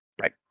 right